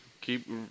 Keep